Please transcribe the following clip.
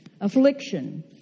affliction